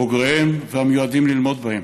בוגריהן והמיועדים ללמוד בהן.